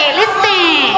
listen